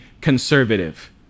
conservative